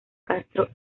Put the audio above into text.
castro